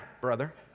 brother